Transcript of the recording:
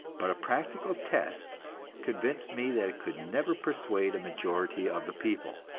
but a practical test convinced me that it could never persuade a majority of the people.